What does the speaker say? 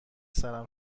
سرم